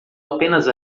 apenas